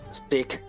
speak